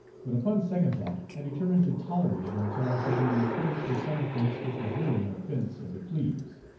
but upon second thought i determined to tolerate it until i should be reported for some offence which was really an offence of the plebes.